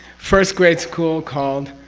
first great school called.